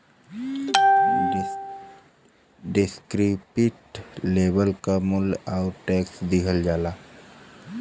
descriptive label में मूल्य आउर टैक्स दिहल गयल रहला